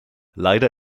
leider